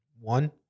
One